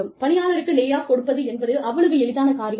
பணியாளர்களுக்கு lay off கொடுப்பதென்பது அவ்வளவு எளிதான காரியம் அல்ல